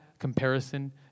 comparison